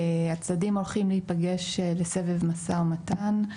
הצדדים הולכים להיפגש בסבב משא ומתן.